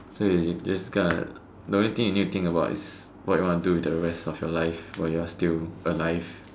so you just got the only thing you need to think about is what you are going to do with the rest of your life while you are still alive